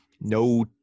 no